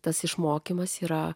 tas išmokymas yra